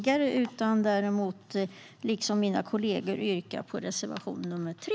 Men jag ska, liksom min kollegor, yrka bifall till reservation nr 3.